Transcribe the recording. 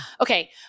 Okay